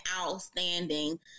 outstanding